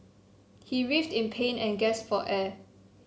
he writhed in pain and gasped for air